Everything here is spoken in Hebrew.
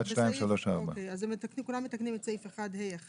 כולם מתקנים את סעיף 1(ה1).